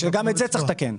גם את זה צריך לתקן.